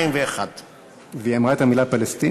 1941. והיא אמרה את המילה "פלסטינים"?